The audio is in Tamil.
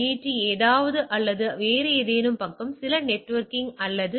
டி ஏதாவது அல்லது வேறு ஏதேனும் பக்கம் சில நெட்வொர்க்கிங் அல்லது ஐ